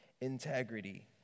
integrity